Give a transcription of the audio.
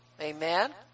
amen